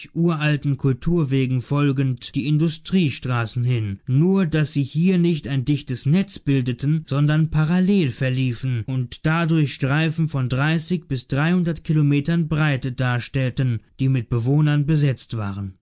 uralten kulturwegen folgend die industriestraßen hin nur daß sie hier nicht ein dichtes netz bildeten sondern parallel verliefen und dadurch streifen von dreißig bis dreihundert kilometern breite darstellten die mit bewohnern besetzt waren